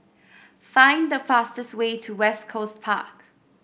find the fastest way to West Coast Park